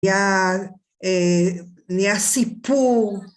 ייה אה.. נהייה סיפור.